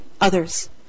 others